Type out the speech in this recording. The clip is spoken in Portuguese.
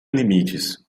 limites